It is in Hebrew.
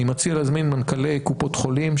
אני מציע להזמין מנכ"לי קופות חולים,